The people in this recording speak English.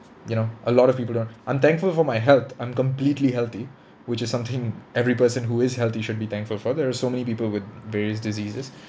you know a lot of people don't I'm thankful for my health I'm completely healthy which is something every person who is healthy should be thankful for there're so many people with various diseases